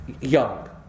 young